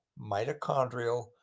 mitochondrial